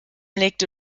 legte